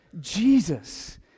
Jesus